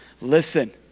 listen